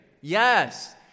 Yes